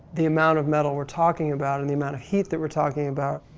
the amount of metal we're talking about and the amount of heat that we're talking about.